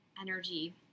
energy